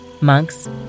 monks